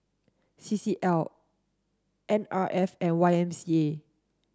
C C L N R F and Y M C A